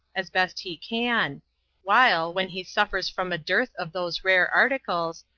as best he can while, when he suffers from a dearth of those rare articles,